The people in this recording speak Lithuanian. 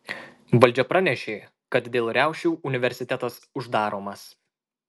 valdžia pranešė kad dėl riaušių universitetas uždaromas